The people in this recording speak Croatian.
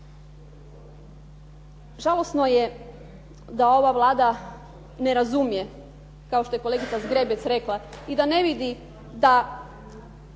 Žalosno je da ova Vlada ne razumije, kao što je kolegica Zgrebec rekla i da ne vidi.